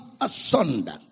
asunder